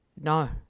No